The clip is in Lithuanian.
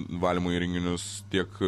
valymo įrenginius tiek